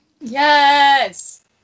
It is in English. Yes